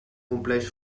compleix